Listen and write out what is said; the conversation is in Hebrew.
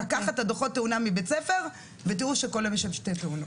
פשוט לקחת את דוחות התאונה מבית הספר ותראו שכל יום יש שם 2 תאונות.